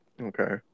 Okay